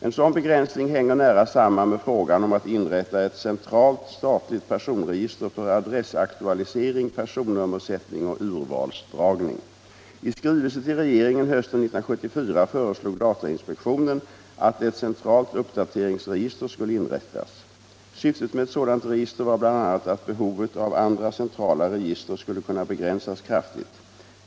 En sådan begränsning hänger nära samman med frågan om att inrätta ett centralt statligt personregister för adressaktualisering, personnummersättning och urvalsdragning. I skrivelse till regeringen hösten 1974 föreslog datainspektionen att ett centralt uppdateringsregister skulle inrättas. Syftet med ett sådant register var bl.a. att behovet av andra centrala register skulle kunna begränsas kraftigt.